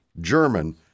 German